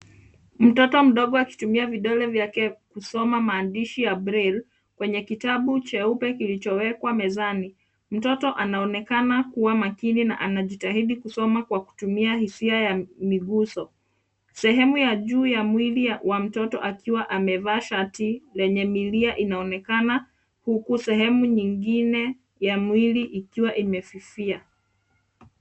Mtoto mdogo akitumia mikono yake kusoma maandishi ya braille kwenye kitabu cheupe kilichowekwa mezani. Mtoto anaonekana kuwa makini na anajitahidi kusoma kwa kutumia hisia ya miguzo. Sehemu ya juu ya mwili wa mtoto akiwa amevaa shati yenye milia inaonekana huku sehemu nyingine ya mwili ikiwa imefifia.